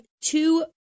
two